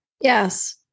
Yes